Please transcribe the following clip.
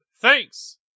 Thanks